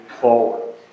forward